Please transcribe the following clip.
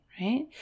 Right